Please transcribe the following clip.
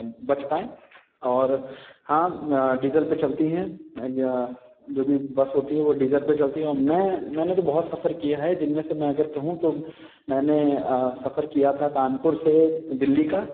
बच पाएँ और हाँ डीजल पे चलती हैं जो भी बस होती हैं वो डीजल पे चलती हैं औ मैं मैंने तो बहुत सफर किया है जिनमें से मैं अगर कहूँ तो मैंने सफर किया था कानपुर से दिल्ली का